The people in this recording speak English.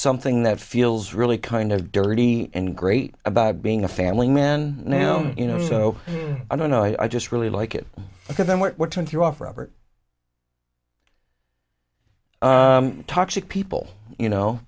something that feels really kind of dirty and great about being a family man now you know so i don't know i just really like it because then what turned you off robert toxic people you know